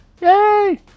Yay